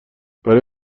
برای